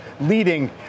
leading